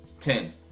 Ten